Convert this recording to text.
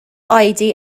oedi